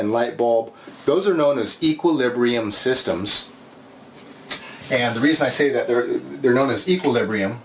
and light bulb those are known as equilibrium systems and the reason i say that they're known as equilibrium